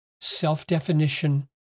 self-definition